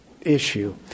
issue